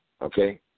okay